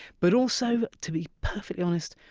but also, to be perfectly honest,